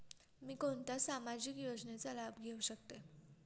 मी कोणत्या सामाजिक योजनेचा लाभ घेऊ शकते?